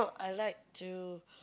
I like to